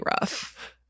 rough